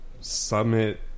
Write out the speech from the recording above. Summit